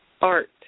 art